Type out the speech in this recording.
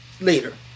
later